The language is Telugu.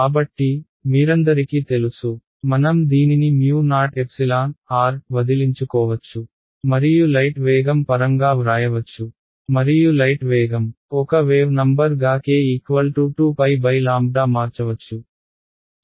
కాబట్టి మీరందరికి తెలుసు మనం దీనిని O వదిలించుకోవచ్చు మరియు లైట్ వేగం పరంగా వ్రాయవచ్చు మరియు లైట్ వేగం ఒక వేవ్ నంబర్గా k 2 మార్చవచ్చు